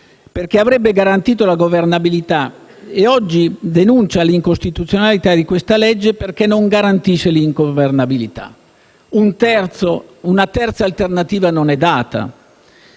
perché avrebbe garantito la governabilità e oggi denuncia l'incostituzionalità del disegno di legge al nostro esame perché non garantisce la governabilità. Una terza alternativa non è data